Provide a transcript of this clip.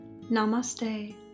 Namaste